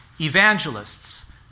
evangelists